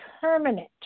permanent